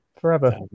forever